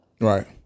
Right